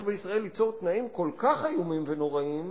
ליצור בישראל תנאים כל כך איומים ונוראים,